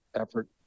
effort